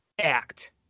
act